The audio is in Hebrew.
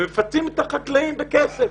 מפצים את החקלאים בכסף